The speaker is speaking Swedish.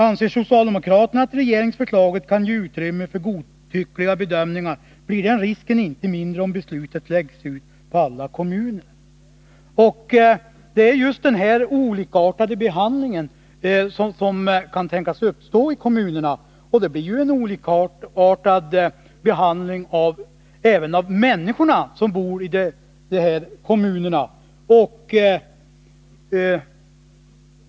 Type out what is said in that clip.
Anser socialdemokraterna att regeringsförslaget kan ge utrymme för godtyckliga bedömningar blir den risken inte mindre om beslutet läggs ut på alla kommuner.” Det gäller den olikartade behandling som kan tänkas uppstå i kommunerna, och då blir det en olikartad behandling även av de människor som bor i dessa kommuner.